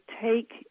take